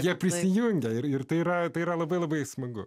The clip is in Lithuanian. jie prisijungia ir ir tai yra tai yra labai labai smagu